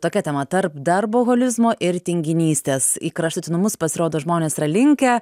tokia tema tarp darboholizmo ir tinginystės į kraštutinumus pasirodo žmonės yra linkę